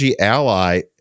Ally